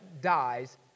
dies